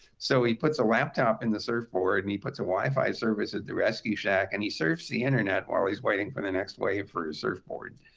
so he puts a laptop in the surfboard, and he puts a wi-fi service at the rescue shack, and he surfs the internet always waiting for the next wave for his surfboard.